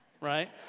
Right